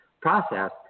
process